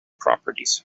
properties